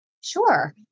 Sure